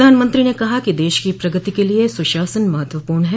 प्रधानमंत्री ने कहा कि देश की प्रगति के लिए सुशासन महत्वपूर्ण है